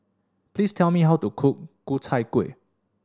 please tell me how to cook Ku Chai Kueh